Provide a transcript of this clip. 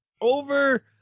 Over